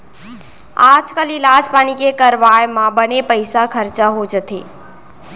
आजकाल इलाज पानी के करवाय म बनेच पइसा खरचा हो जाथे